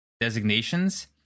designations